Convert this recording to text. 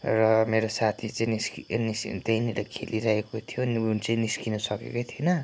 र मेरो साथी चाहिँ निस्कि निस्कि त्यहीँनेर खेलिरहेको थियो अनि उ चाहिँ निस्किनु सकेकै थिएन